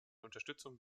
unterstützung